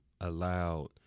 allowed